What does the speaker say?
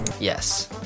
Yes